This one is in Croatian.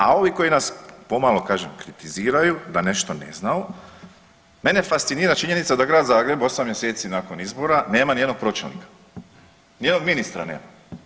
A ovi koji nas pomalo kažem, kritiziraju, da nešto ne znamo, mene fascinira činjenica da Grad Zagreb 8 mj. nakon izbora nema nijednog pročelnika, nijednog ministra nema.